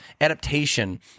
adaptation